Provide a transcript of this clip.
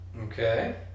Okay